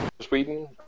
Sweden